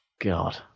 God